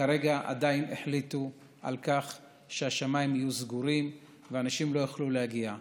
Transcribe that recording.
כרגע החליטו על כך שהשמיים יהיו סגורים ואנשים לא יוכלו להגיע.